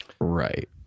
Right